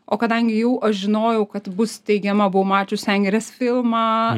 o kadangi jau aš žinojau kad bus steigiama buvau mačius sengirės filmą